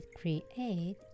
create